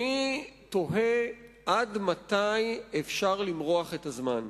אני תוהה עד מתי אפשר למרוח את הזמן.